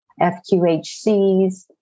FQHCs